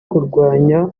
kurwanya